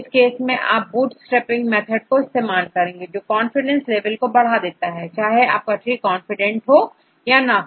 इस केस में आप बूटस्ट्रैपिंग विधि का उपयोग करेंगे जो कॉन्फिडेंस लेवल को बढ़ा देता है चाहे आपका ट्री कॉन्फिडेंट हो या ना हो